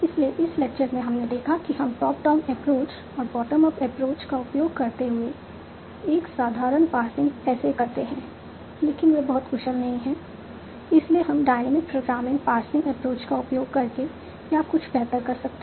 इसलिए इस लेक्चर में हमने देखा था कि हम टॉप डाउन अप्रोच और बॉटम अप एप्रोच का उपयोग करते हुए एक साधारण पार्सिंग कैसे करते हैं लेकिन वे बहुत कुशल नहीं हैं इसलिए हम डायनेमिक प्रोग्रामिंग पार्सिंग एप्रोच का उपयोग करके क्या कुछ बेहतर कर सकते हैं